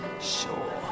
Sure